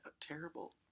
terrible